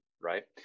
right